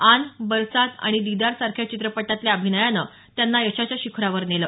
आन बरसात आणि दिदार सारख्या चित्रपटातल्या अभिनयानं त्यांना यशाच्या शिखरावर नेलं